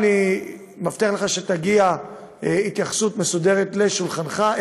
אני מבטיח לך שתגיע התייחסות מסודרת לשולחנך,